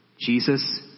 Jesus